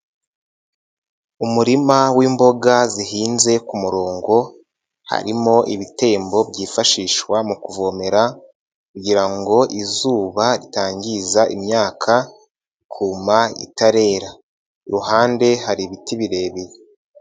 Umurima w'imboga zihinze ku murongo, harimo ibitembo byifashishwa mu kuvomera kugira ngo izuba ritanyangiza imyaka, ikuma itarera, ku ruhande hari ibiti birebire.